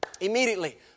immediately